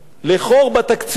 לחור בתקציב,